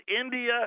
India